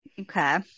okay